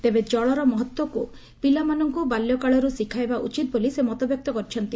ତେବେ ଜଳର ମହତ୍ୱକୁ ପିଲାମାନଙ୍ଙୁ ବାଲ୍ୟକାଳରୁ ଶିଖାଇବା ଉଚିତ୍ ବୋଲି ସେ ମତବ୍ୟକ୍ତ କରିଛନ୍ତି